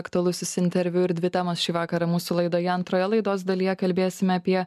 aktualusis interviu ir dvi temos šį vakarą mūsų laidoje antroje laidos dalyje kalbėsime apie